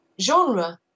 genre